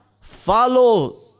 follow